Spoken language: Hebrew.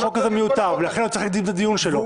אז החוק של עכשיו מיותר ולא צריך להקדים את הדיון שלו.